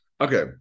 okay